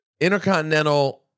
intercontinental